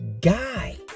guy